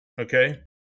okay